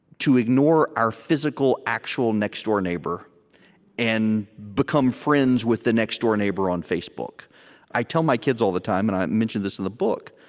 to ignore our physical, actual, next-door neighbor and become friends with the next-door neighbor on facebook i tell my kids all the time, and i mention this in the book,